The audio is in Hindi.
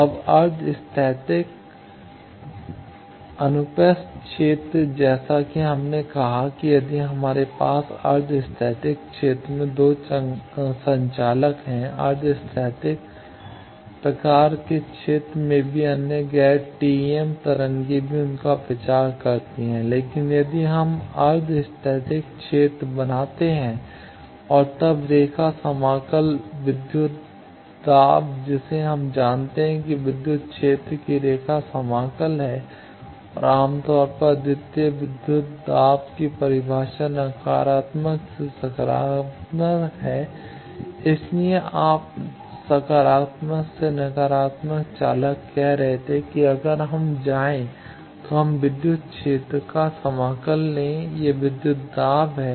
अब अर्ध स्थैतिक अनुप्रस्थ क्षेत्र जैसा कि हमने कहा कि यदि हमारे पास अर्ध स्थैतिक क्षेत्र में 2 संचालक हैं अर्ध स्थैतिक प्रकार के क्षेत्र में भी अन्य गैर TEM तरंगें भी उनका प्रचार करती हैं लेकिन यदि हम अर्ध स्थैतिक क्षेत्र बनाते हैं और तब रेखा समाकल विद्युत दाब जिसे हम जानते हैं कि विद्युत क्षेत्र की रेखा समाकल है और आम तौर पर अद्वितीय विद्युत दाब की परिभाषा नकारात्मक से सकारात्मक है इसलिए आप सकारात्मक से नकारात्मक चालक कह रहे थे कि अगर हम जाएं तो हम विद्युत क्षेत्र का समाकल लें वह विद्युत दाब है